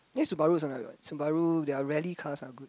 i think Subaru's another one Subaru their rally cars are good